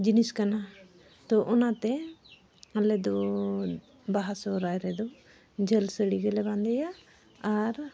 ᱡᱤᱱᱤᱥ ᱠᱟᱱᱟ ᱛᱚ ᱚᱱᱟᱛᱮ ᱟᱞᱮᱫᱚ ᱵᱟᱦᱟ ᱥᱚᱦᱨᱟᱭ ᱨᱮᱫᱚ ᱡᱷᱟᱹᱞ ᱥᱟᱹᱲᱤ ᱜᱮᱞᱮ ᱵᱟᱸᱫᱮᱭᱟ ᱟᱨ